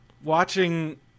watching